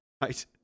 Right